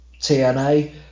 TNA